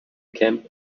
camp